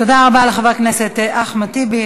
תודה רבה לחבר הכנסת אחמד טיבי.